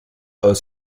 aus